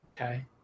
Okay